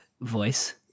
voice